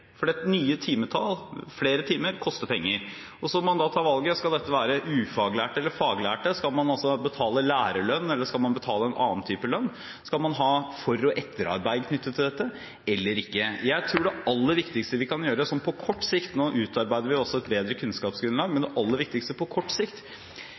å innføre nye timer til fysisk aktivitet, kommer det til å koste penger. Flere timer koster penger. Så må man ta valget: Skal dette være ufaglærte eller faglærte, skal man betale lærerlønn, eller skal man betale en annen type lønn? Skal man ha for- og etterarbeid knyttet til dette, eller ikke? Nå utarbeider vi et bedre kunnskapsgrunnlag, men det aller viktigste vi kan gjøre på kort sikt, er å få enda bedre